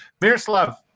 Miroslav